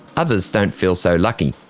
others don't feel so lucky.